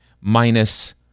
minus